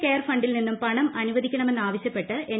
care ഫണ്ടിൽ നിന്നും പണം അനുവദിക്കണമെന്നാവശ്യപ്പെട്ട് എൻ